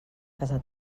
casa